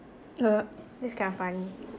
uh that's quite funny